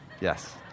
Yes